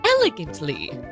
elegantly